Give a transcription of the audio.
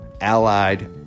allied